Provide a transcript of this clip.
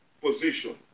position